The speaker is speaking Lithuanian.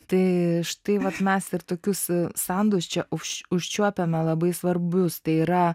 tai štai vat mes ir tokius sandus čia užčiuopiame labai svarbius tai yra